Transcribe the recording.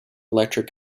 electric